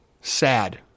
Sad